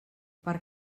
per